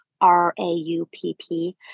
R-A-U-P-P